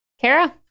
Kara